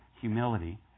humility